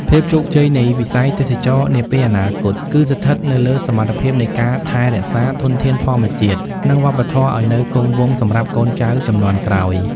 ភាពជោគជ័យនៃវិស័យទេសចរណ៍នាពេលអនាគត គឺស្ថិតនៅលើសមត្ថភាពនៃការថែរក្សាធនធានធម្មជាតិ និងវប្បធម៌ឱ្យនៅគង់វង្សសម្រាប់កូនចៅជំនាន់ក្រោយ។